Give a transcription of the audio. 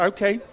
Okay